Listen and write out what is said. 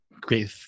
great